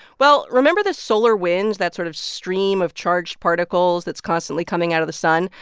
well, remember the solar winds, that sort of stream of charged particles that's constantly coming out of the sun?